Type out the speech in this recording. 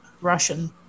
Russian